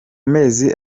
mezi